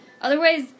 Otherwise